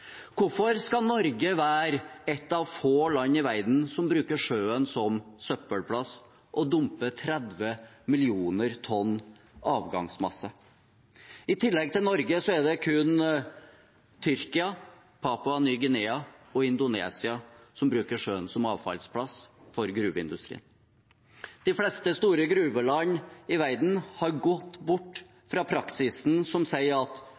Hvorfor skal Norge være et av få land i verden som bruker sjøen som søppelplass og dumper 30 mill. tonn avgangsmasse? I tillegg til Norge er det kun Tyrkia, Papua Ny-Guinea og Indonesia som bruker sjøen som avfallsplass for gruveindustrien. De fleste store gruveland i verden har gått bort fra praksisen som sier at